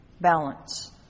Balance